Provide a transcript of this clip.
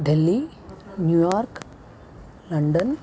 Delhi New York London